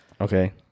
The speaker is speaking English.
Okay